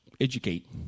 educate